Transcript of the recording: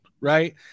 right